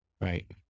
Right